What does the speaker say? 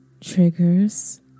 triggers